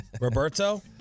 Roberto